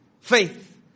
faith